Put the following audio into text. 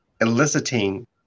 eliciting